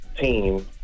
team